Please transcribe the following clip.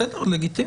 בסדר, לגיטימי.